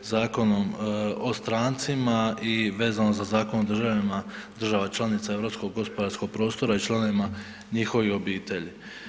Zakonom o strancima i vezano za Zakon o državljanima država članica Europskog gospodarskog prostora i članovima njihovih obitelji.